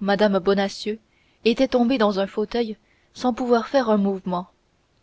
mme bonacieux était tombée dans un fauteuil sans pouvoir faire un mouvement